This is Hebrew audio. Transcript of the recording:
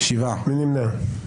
מי נמנע?